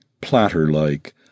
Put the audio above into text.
platter-like